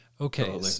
Okay